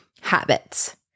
habits